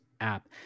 app